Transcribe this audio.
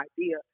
idea